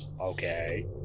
Okay